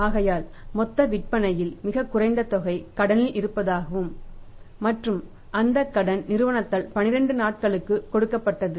ஆகையால் மொத்த விற்பனையில் மிகக் குறைந்த தொகை கடனில் இருப்பதாகவும் மற்றும் அந்த கடன் நிறுவனத்தால் 12 நாட்களுக்கு கொடுக்கப்பட்டது